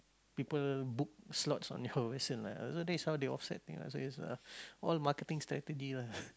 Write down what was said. people book slots on your vessel lah so that is how they offset ya so it's a all marketing strategy lah